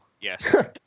Yes